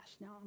Now